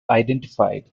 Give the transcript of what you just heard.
identified